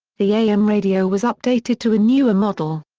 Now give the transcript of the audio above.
the am radio was updated to a newer model.